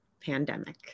pandemic